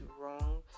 wrong